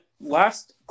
last